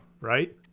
right